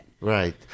Right